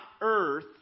earth